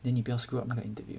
then 你不要 screw up 那个 interview